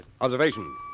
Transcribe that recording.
Observation